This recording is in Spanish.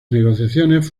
negociaciones